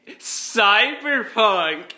cyberpunk